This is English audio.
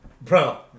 Bro